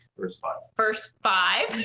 first five. first five.